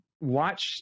watch